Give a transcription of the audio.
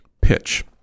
pitch